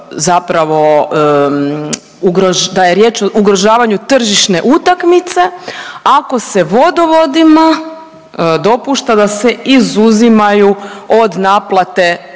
zapravo, da je riječ o ugrožavanju tržišne utakmice ako se vodovodima dopušta da se izuzimaju od naplate određenih